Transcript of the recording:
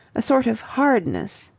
a sort of hardness.